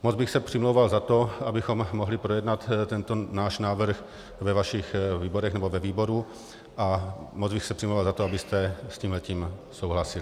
Moc bych se přimlouval za to, abychom mohli projednat tento náš návrh ve vašich výborech, nebo ve výboru, a moc bych se přimlouval za to, abyste s tímto souhlasili.